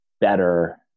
better